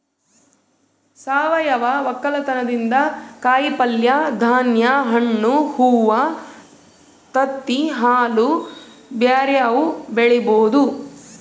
ಸಾವಯವ ವಕ್ಕಲತನದಿಂದ ಕಾಯಿಪಲ್ಯೆ, ಧಾನ್ಯ, ಹಣ್ಣು, ಹೂವ್ವ, ತತ್ತಿ, ಹಾಲು ಬ್ಯೆರೆವು ಬೆಳಿಬೊದು